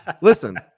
listen